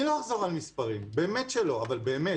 אני לא אחזור על מספרים, באמת שלא, אבל באמת.